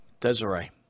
Desiree